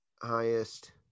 highest